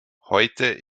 heute